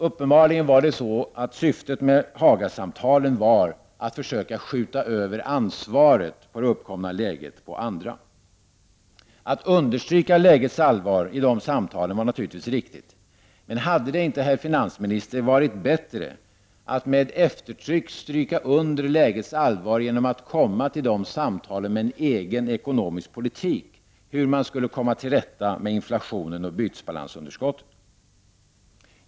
Uppenbarligen var syftet med Haga-samtalen att försöka skjuta över ansvaret för det uppkomna läget på andra. Att understryka lägets allvar i de samtalen var naturligtvis riktigt. Men hade det inte, herr finansminister, varit bättre att med eftertryck stryka under lägets allvar genom att komma till de samtalen med en egen ekonomisk politik för hur man skulle komma till rätta med inflationen och bytesbalansunderskottet?